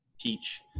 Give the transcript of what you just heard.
teach